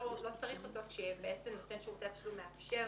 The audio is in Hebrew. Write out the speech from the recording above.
שנותן שירות התשלום מאפשר